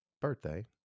birthday